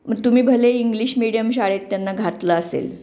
मग तुम्ही भले इंग्लिश मिडीयम शाळेत त्यांना घातलं असेल